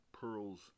Pearls